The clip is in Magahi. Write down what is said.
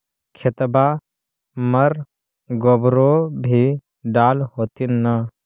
खेतबा मर गोबरो भी डाल होथिन न?